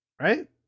Right